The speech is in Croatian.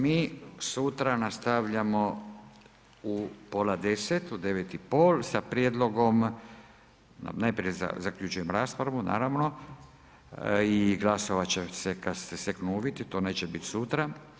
Mi sutra nastavljamo u pola 10, u 9,30 sa prijedlogom, najprije zaključujem raspravu, naravno i glasovat će se kad se steknu uvjeti, to neće biti sutra.